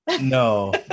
no